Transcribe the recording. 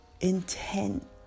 intent